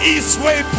Eastway